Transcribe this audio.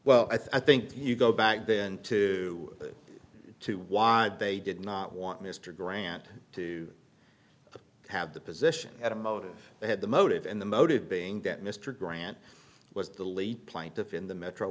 well i think you go back then to two why they did not want mr grant to have the position at a motive they had the motive and the motive being that mr grant was the lead plaintiff in the metro